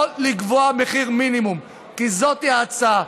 שלא לקבוע מחיר מינימום, כי זאת ההצעה.